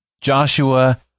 Joshua